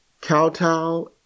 kowtow